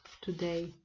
today